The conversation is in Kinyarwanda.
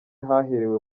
haherewe